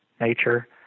Nature